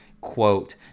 quote